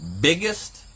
biggest